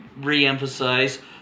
reemphasize